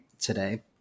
today